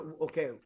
Okay